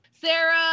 Sarah